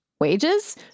wages